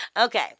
okay